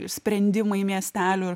sprendimai miestelių